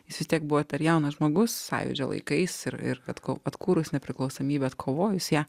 jis vis tiek buvo tas jaunas žmogus sąjūdžio laikais ir ir kad kai atkūrus nepriklausomybę atkovojusią